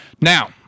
Now